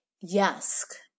yes